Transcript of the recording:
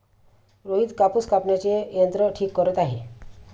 रोहित कापूस कापण्याचे यंत्र ठीक करत आहे